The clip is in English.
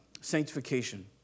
sanctification